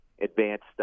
advanced